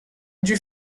onde